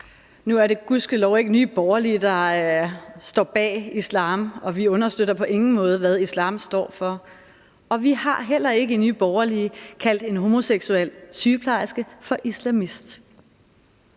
Nu er det gudskelov ikke Nye Borgerlige, der står bag islam, og vi understøtter på ingen måde, hvad islam står for. Og vi har heller ikke i Nye Borgerlige kaldt en homoseksuel sygeplejerske for islamist.